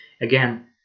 Again